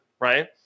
right